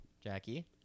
Jackie